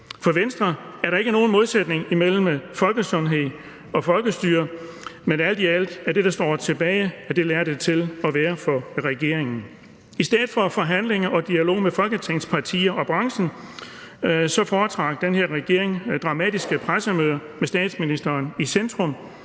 For Venstre er der ikke nogen modsætning imellem folkesundhed og folkestyre, men alt i alt er det, der står tilbage, at det lader der til at være for regeringen. I stedet for forhandlinger og dialog med Folketingets partier og branchen foretrak den her regering dramatiske pressemøder med statsministeren i centrum.